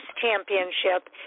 championship